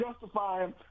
justifying